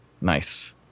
Nice